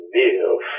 live